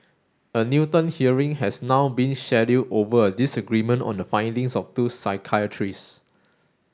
a Newton hearing has now been scheduled over a disagreement on the findings of two psychiatrists